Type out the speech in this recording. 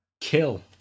Kill